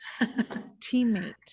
Teammate